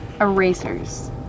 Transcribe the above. erasers